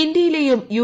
ഇന്ത്യയിലെയും യു